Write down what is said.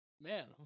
man